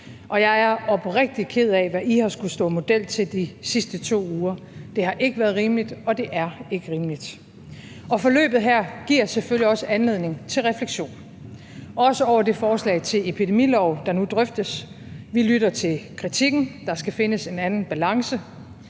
og jeg er oprigtig ked af, hvad I har skullet stå model til de sidste 2 uger. Det har ikke været rimeligt, og det er ikke rimeligt. Forløbet her giver selvfølgelig også anledning til refleksion, også over det forslag til epidemilov, der nu drøftes. Vi lytter til kritikken, der skal findes en anden balance,